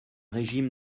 régime